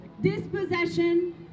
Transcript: dispossession